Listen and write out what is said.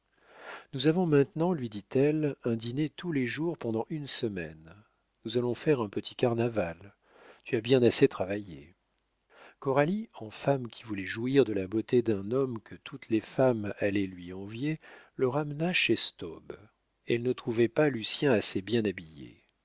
nous avons maintenant lui dit-elle un dîner tous les jours pendant une semaine nous allons faire un petit carnaval tu as bien assez travaillé coralie en femme qui voulait jouir de la beauté d'un homme que toutes les femmes allaient lui envier le ramena chez staub elle ne trouvait pas lucien assez bien habillé